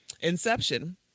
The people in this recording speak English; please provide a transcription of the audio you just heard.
Inception